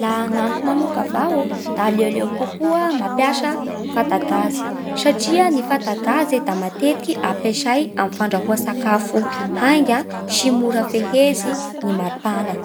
Laha agnamiko manoka avao da aleoleo kokoa mampiasa fata gazy satria ny fata gazy da matetiky ampiasay amin'ny fandrahoan-tsakafo hainga sy mora fehezy ny mari-pana.